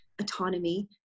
autonomy